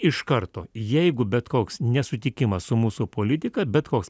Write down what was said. iš karto jeigu bet koks nesutikimas su mūsų politika bet koks